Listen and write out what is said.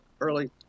early